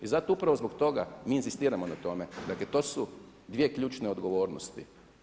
I zato upravo zbog toga mi inzistiramo na tome, dakle to su dvije ključne odgovornosti.